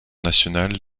national